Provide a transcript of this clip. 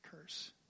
curse